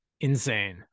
insane